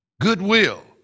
goodwill